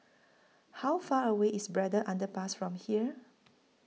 How Far away IS Braddell Underpass from here